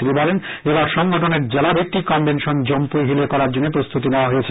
তিনি বলেন এবার সংগঠনের জেলা ভিত্তিক কনভেনশন জম্পৃই হিলে করার জন্যে প্রস্তুতি নেওয়া হয়েছে